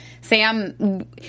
Sam